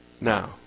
Now